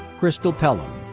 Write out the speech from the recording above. crystal pelham.